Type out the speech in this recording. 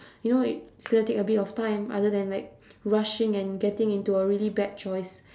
you know if it's gonna take a bit of time other than like rushing and getting into a really bad choice